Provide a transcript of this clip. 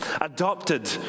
Adopted